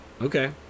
okay